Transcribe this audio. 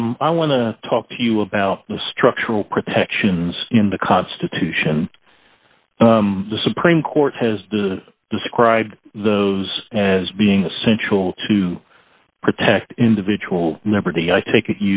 can i want to talk to you about the structural protections in the constitution the supreme court has described those as being essential to protect individual liberty i take it